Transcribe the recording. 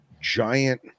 giant